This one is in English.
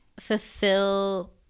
fulfill